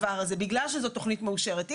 איך שיפרנו את הסביבה סביב אעבלין כך